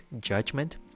judgment